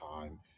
time